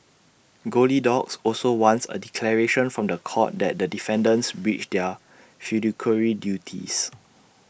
goldilocks also wants A declaration from The Court that the defendants breached their fiduciary duties